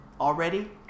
already